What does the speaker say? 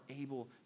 able